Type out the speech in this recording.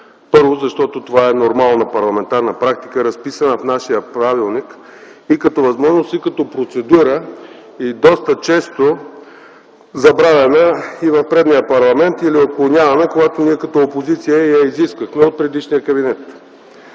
Първо, защото това е нормална парламентарна практика, разписана в нашия правилник – и като възможност, и като процедура, и доста често забравяна и в предния парламент или отклонявана, когато ние като опозиция я изисквахме от предишния кабинет.